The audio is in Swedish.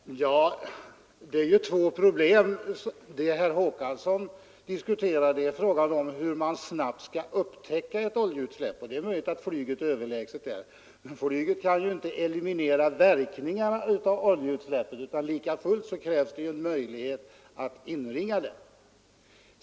Fru talman! Det föreligger ju här två problem. Vad herr Håkansson diskuterar är hur man snabbt skall upptäcka ett oljeutsläpp, och det är möjligt att flyget är överlägset i det sammanhanget. Men flyget kan ju inte eliminera verkningarna av oljeutsläppet, utan likafullt krävs det en möjlighet att inringa det.